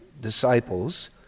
Disciples